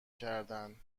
کردن